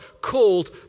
called